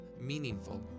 meaningful